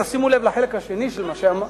תשימו לב לחלק השני של מה שאמרתי.